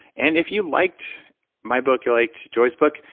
and if you liked my book, you liked joy's book,